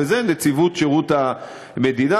וזה נציבות שירות המדינה.